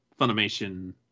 Funimation